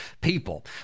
people